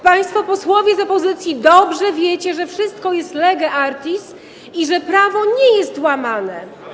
Państwo posłowie z opozycji dobrze wiecie, że wszystko jest lege artis i że prawo nie jest łamane.